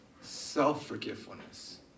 self-forgiveness